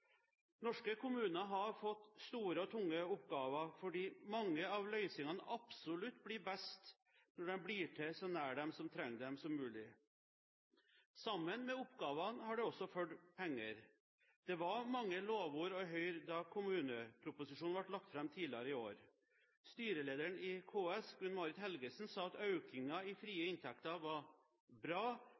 Norske kommuner har fått store og tunge oppgaver, fordi mange av løsningene absolutt blir best når de blir til så nær dem som trenger dem, som mulig. Sammen med oppgavene har det også fulgt penger. Det var mange lovord å høre da kommuneproposisjonen ble lagt fram tidligere i år. Styrelederen i KS, Gunn Marit Helgesen, sa at økningen i frie inntekter var